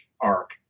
arc